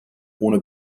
ohne